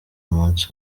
umunsi